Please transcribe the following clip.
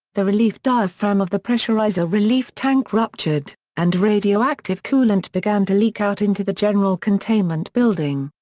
the relief diaphragm of the pressurizer relief tank ruptured, and radioactive coolant began to leak out into the general containment building.